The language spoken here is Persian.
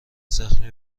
زخمتی